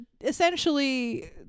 essentially